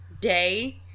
Day